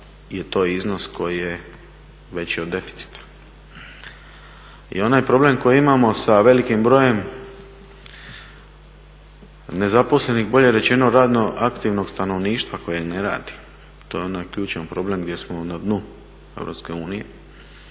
je to iznos koji je veći od deficita. I onaj problem koji imamo sa velikim brojem nezaposlenih bolje rečeno radno aktivnog stanovništva koje ne radi to je onaj ključan problem gdje smo na dnu EU,